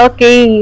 Okay